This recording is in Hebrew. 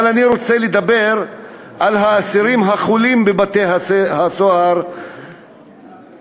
אבל אני רוצה לדבר על האסירים החולים בבתי-הסוהר הישראליים.